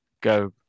go